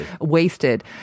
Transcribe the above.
wasted